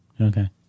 Okay